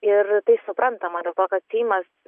ir tai suprantama dėl to kad seimas